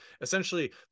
essentially